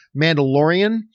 Mandalorian